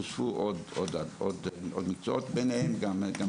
וב-2010 אושרו עוד מקצועות, ביניהם גם זה.